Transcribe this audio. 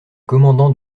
commandant